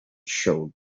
showed